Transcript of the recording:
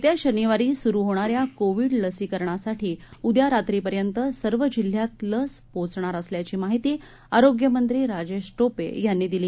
येत्याशनिवारीसुरूहोणाऱ्याकोविडलसीकरणासाठीउद्यारात्रीपर्यंतसर्वजिल्ह्यातलसपोहोचणारअसल्याचीमाहिती आरोग्यमंत्रीराजेशटोपेयांनीदिली